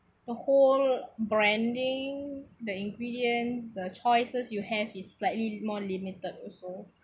the whole branding the ingredients the choices you have is slightly more limited also